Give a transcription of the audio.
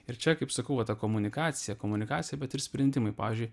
ir čia kaip sakau va ta komunikacija komunikacija bet ir sprendimai pavyzdžiui